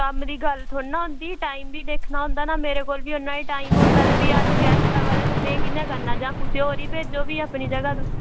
कम्म दी गल्ल थोह्ड़ा नां होंदी टाईम बी दिक्खना होंदा ना मेरे कोल बी उ'न्ना टाईम होंदा अज्ज गैस्ट आवा दे हे में कियां करना कुसै होर गी भेजो अपनी जगह तुस